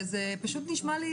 זה נשמע לי